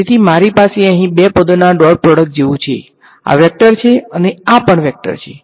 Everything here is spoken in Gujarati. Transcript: તેથી મારી પાસે અહીં બે પદોના ડોટ પ્રોડક્ટ જેવું છે આ વેક્ટર છે અને આ પણ આ વેક્ટર છે